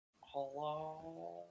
Hello